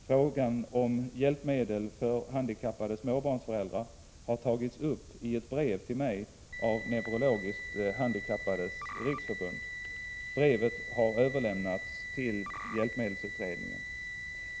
Frågan om hjälpmedel för handikappade småbarnsföräldrar har tagits upp i ett brev till mig från Neurologiskt Handikappades Riksförbund. Brevet har överlämnats till hjälpmedelsutredningen.